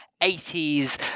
80s